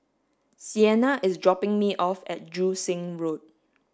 Siena is dropping me off at Joo Seng Road